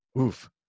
oof